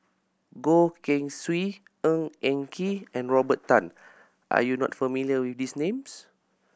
Goh Keng Swee Ng Eng Kee and Robert Tan are you not familiar with these names